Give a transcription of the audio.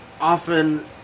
often